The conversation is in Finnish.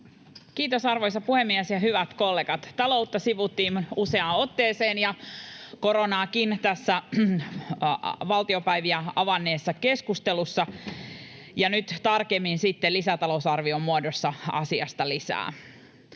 Kiitos, arvoisa puhemies! Hyvät kollegat! Taloutta sivuttiin useaan otteeseen, ja koronaakin, tässä valtiopäivät avanneessa keskustelussa, ja nyt tarkemmin sitten lisätalousarvion muodossa asiasta lisää.